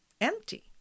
empty